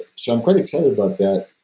so, i'm quite excited about that.